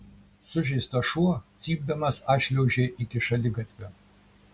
sužeistas šuo cypdamas atšliaužė iki šaligatvio